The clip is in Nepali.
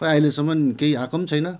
खै अहिलेसम्म केही आएको पनि छैन